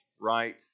right